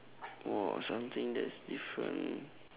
!wah! something that's different